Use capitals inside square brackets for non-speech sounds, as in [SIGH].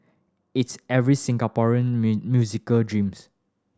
it's every Singaporean [UNINTELLIGIBLE] musician dreams